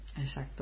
Exacto